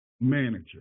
manager